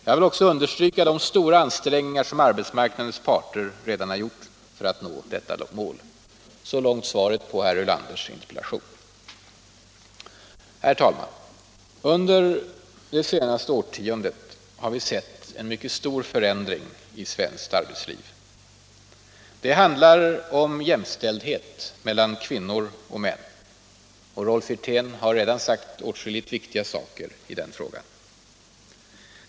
Jag vill också understryka de stora ansträngningar som arbetsmarknadens parter redan har gjort för att nå detta mål. Så långt svaret på herr Ulanders interpellation. Under det senaste decenniet har vi sett en mycket stor förändring i svenskt arbetsliv. Det handlar om jämställdhet mellan kvinnor och män, och Rolf Wirtén har redan framfört viktiga synpunkter på denna fråga.